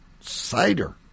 cider